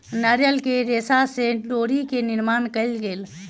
नारियल के रेशा से डोरी के निर्माण कयल गेल